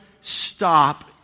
stop